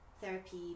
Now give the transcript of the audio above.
therapy